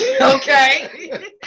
Okay